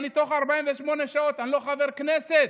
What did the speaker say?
בתוך 48 שעות אני לא חבר כנסת.